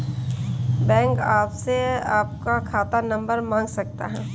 bank आपसे आपका खाता नंबर मांग सकता है